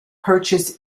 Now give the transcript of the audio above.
purchase